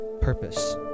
purpose